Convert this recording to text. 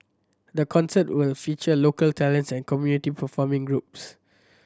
the concert will feature local talents and community performing groups